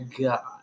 God